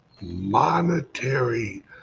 monetary